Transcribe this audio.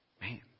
Man